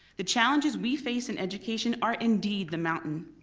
the challenges we face in education are indeed the mountain.